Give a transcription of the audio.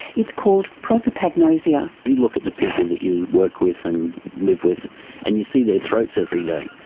it's called prosopagnosia. you look at the people that you work with and live with and you see their throats every day,